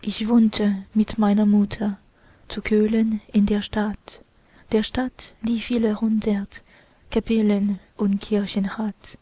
ich wohnte mit meiner mutter zu köllen in der stadt der stadt die viele hundert kapellen und kirchen hat